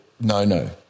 no-no